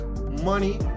money